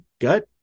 gut